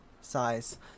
size